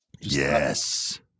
Yes